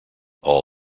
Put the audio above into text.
all